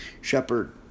Shepard